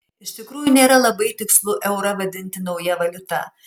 iš tikrųjų nėra labai tikslu eurą vadinti nauja valiuta